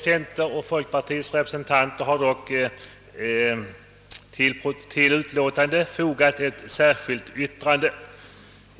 Centerpartiets och folkpartiets representanter har dock till utlåtandet fogat ett särskilt yttrande.